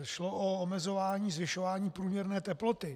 Šlo o omezování zvyšování průměrné teploty.